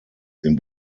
den